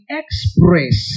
express